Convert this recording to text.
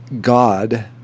God